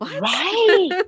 Right